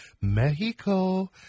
Mexico